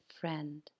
friend